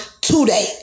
today